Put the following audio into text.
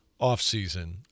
offseason